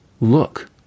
look